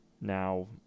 now